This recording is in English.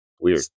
weird